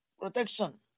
protection